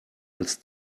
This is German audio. als